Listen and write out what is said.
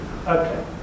Okay